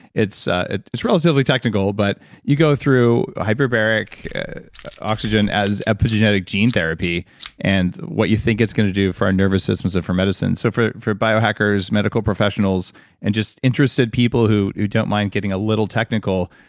it's ah it's relatively technical, but you go through hyperbaric oxygen as epigenetic gene therapy and what you think it's going to do for our nervous systems and for medicine so for for bio hackers, medical professionals and just interested people who don't mind getting a little technical,